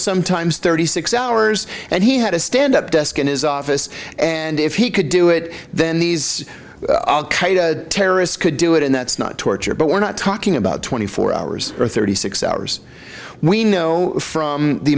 sometimes thirty six hours and he had to stand up desk in his office and if he could do it then these al qaeda terrorists could do it and that's not torture but we're not talking about twenty four hours or thirty six hours we know from the